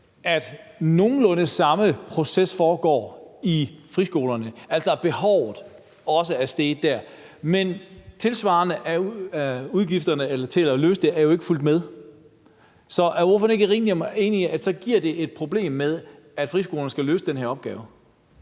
at nogenlunde samme proces foregår i friskolerne, altså at behovet også er steget der, men at pengene til at løse det jo ikke tilsvarende er fulgt med. Så er ordføreren ikke rimelig enig i, at det giver et problem, at friskolerne skal løse den her opgave?